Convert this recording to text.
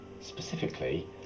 specifically